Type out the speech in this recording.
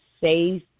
safe